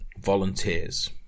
volunteers